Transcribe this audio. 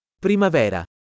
Primavera